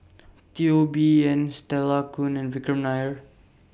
Teo Bee Yen Stella Kon and Vikram Nair